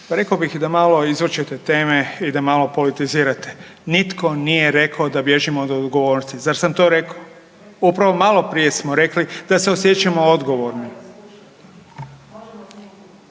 rekao bih da malo izvrćete teme i da malo politizirate. Nitko nije rekao da bježimo od odgovornosti. Zar sam to rekao? Upravo malo prije smo rekli da se osjećamo odgovornim.